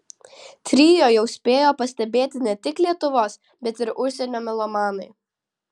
trio jau spėjo pastebėti ne tik lietuvos bet ir užsienio melomanai